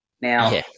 Now